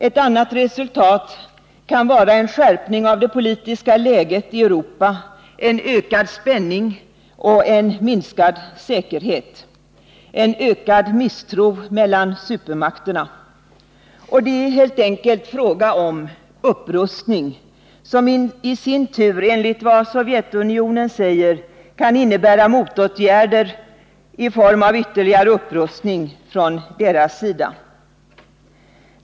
Ett annat resultat kan vara en skärpning av det politiska läget i Europa, en ökad spänning och en minskad säkerhet — en ökad misstro mellan supermakterna. Det är helt enkelt fråga om en upprustning, som i sin tur enligt vad Sovjetunionen säger kan innebära motåtgärder i form av ytterligare upprustning från dess sida.